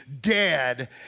dead